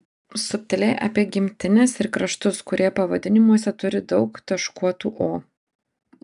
subtiliai apie gimtines ir kraštus kurie pavadinimuose turi daug taškuotų o